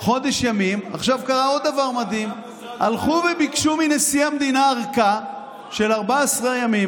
עכשיו קרה עוד דבר מדהים: הלכו וביקשו מנשיא המדינה ארכה של 14 ימים.